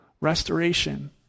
Restoration